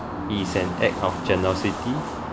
it is an act of generosity